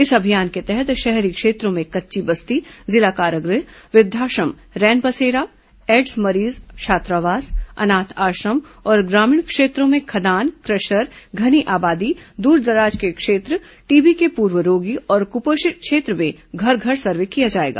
इस अभियान के तहत शहरी क्षेत्रों में कच्ची बस्ती जिला कारागृह वृद्वाश्रम रैनबसेरा एड्स मरीज छात्रावास अनाथ आश्रम और ग्रामीण क्षेत्रों में खदान क्रेशर घनी आबादी दूरदराज के क्षेत्र टीबी के पूर्व रोगी और कुपोषित क्षेत्र में घर घर सर्वे किया जाएगा